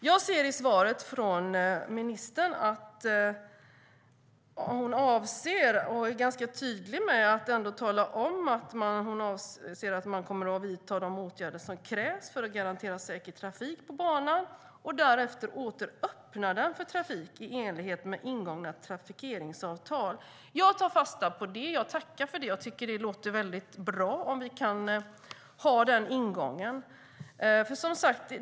Jag ser i svaret från ministern att hon är ganska tydlig och säger att Trafikverket kommer att "vidta de åtgärder som krävs för att garantera säker trafik på banan och därefter åter öppna den för trafik i enlighet med ingångna trafikeringsavtal". Jag tar fasta på det och tackar för det. Jag tycker att det låter bra om vi kan ha den ingången.